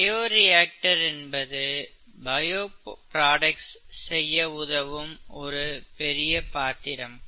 bioreactor என்பது bio பொருட்கள் செய்ய உதவும் ஒரு பெரிய பாத்திரம்